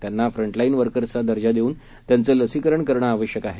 त्यांना फ्रंटलाईन वर्कर्सचा दर्जा देऊन त्यांचं लसीकरण करणं आवश्यक आहे